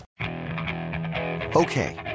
Okay